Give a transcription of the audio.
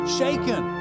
shaken